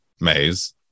maze